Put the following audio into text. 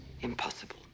impossible